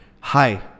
hi